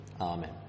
Amen